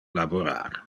laborar